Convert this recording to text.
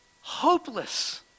Hopeless